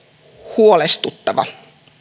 huolestuttava